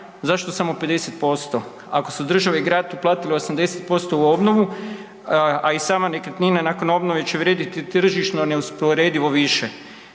Zašto samo 50% ako su država i grad uplatile 80% u obnovu, a sama nekretnina nakon obnove će vrijediti tržišno neusporedivo više.